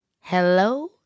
hello